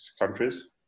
countries